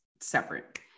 separate